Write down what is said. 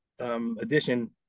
edition